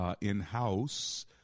in-house